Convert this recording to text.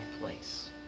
place